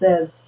says